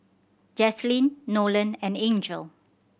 Jaslene Nolen and Angel